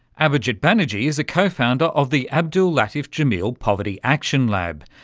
abhijit banerjee is a co-founder of the abdul latif jameel poverty action lab,